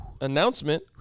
announcement